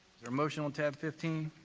there a motion on tab fifteen?